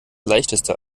leichteste